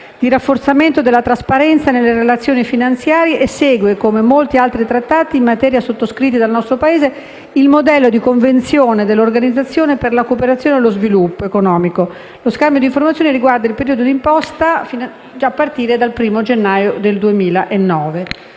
di rafforzamento della trasparenza nelle relazioni finanziarie e segue, come molti altri trattati in materia sottoscritti dal nostro Paese, il modello di convenzione dell'Organizzazione per la cooperazione e lo sviluppo economico. Lo scambio di informazioni riguarda il periodo di imposta a partire dal 1º gennaio 2009.